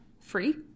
free